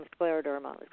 scleroderma